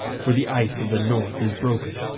for the ice of the north is broken,